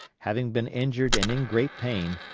having been injured and in great pain,